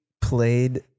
played